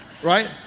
right